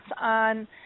on